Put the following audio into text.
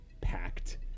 packed